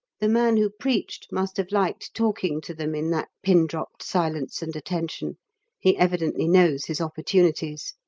the man who preached must have liked talking to them in that pin-dropped silence and attention he evidently knows his opportunities.